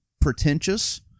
pretentious